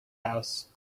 house